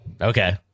Okay